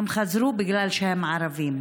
הם חזרו בגלל שהם ערבים,